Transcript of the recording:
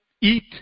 Eat